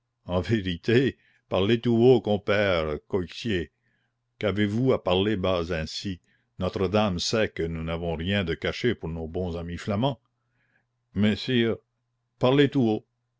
en vérité parlez tout haut compère coictier qu'avez-vous à parler bas ainsi notre-dame sait que nous n'avons rien de caché pour nos bons amis flamands mais sire parlez tout haut